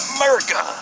America